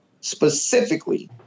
specifically